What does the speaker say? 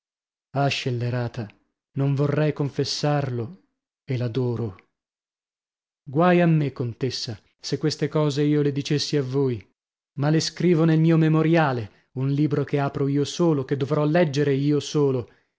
ah scellerata non vorrei confessarlo e l'adoro guai a me contessa se queste cose io le dicessi a voi ma le scrivo nel mio memoriale un libro che apro io solo che dovrò leggere io solo